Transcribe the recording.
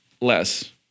less